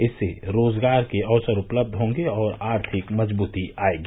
इससे रोजगार के अवसर उपलब्ध होंगे तथा आर्थिक मजबूती आयेगी